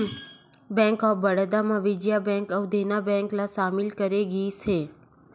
bank of Baroda म Vijaya bank अउ Dena bank ल सामिल करे गिस हे